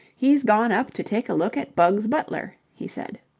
he's gone up to take a look at bugs butler, he said.